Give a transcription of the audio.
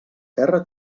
terra